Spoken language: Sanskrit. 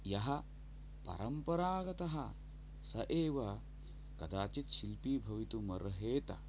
यः परम्परागतः स एव कदाचित् शिल्पी भवितुम् अर्हेत